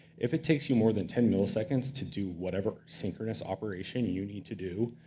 if it takes you more than ten milliseconds to do whatever synchronous operation you need to do,